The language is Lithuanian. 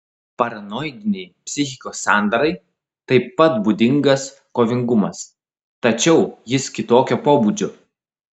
paranoidinei psichikos sandarai taip pat būdingas kovingumas tačiau jis kitokio pobūdžio